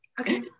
Okay